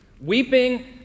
Weeping